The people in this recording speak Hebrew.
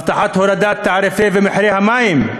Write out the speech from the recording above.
הבטחת הורדת תעריפי ומחירי המים,